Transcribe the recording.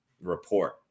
report